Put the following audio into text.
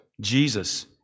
Jesus